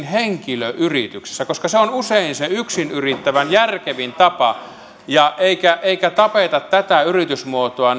henkilöyrityksessä koska se on usein se yksin yrittävän järkevin tapa eikä tapeta tätä yritysmuotoa